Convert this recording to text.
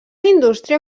indústria